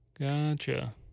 gotcha